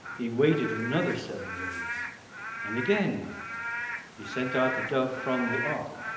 he waited another seven days and again he sent out the dove from the ark